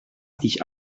sich